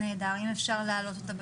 בבקשה אם אפשר להעלות אותה.